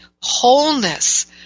wholeness